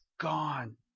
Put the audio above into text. gone